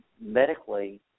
medically